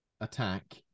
attack